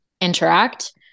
interact